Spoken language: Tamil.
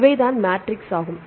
இவைகள் தான் மேட்ரிக்ஸ் ஆகும்